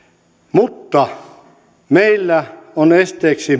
mutta meillä on esteeksi